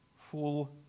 Full